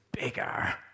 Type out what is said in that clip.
bigger